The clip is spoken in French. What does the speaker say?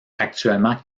actuellement